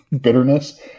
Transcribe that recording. bitterness